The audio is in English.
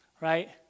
right